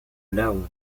laon